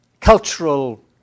cultural